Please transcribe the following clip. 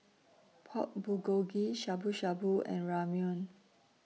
Pork Bulgogi Shabu Shabu and Ramyeon